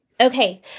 Okay